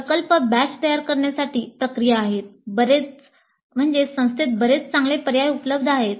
प्रकल्प बॅच तयार करण्यासाठी प्रक्रिया आहेत संस्थेत बरेच चांगले पर्याय उपलब्ध आहेत